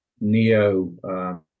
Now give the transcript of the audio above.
Neo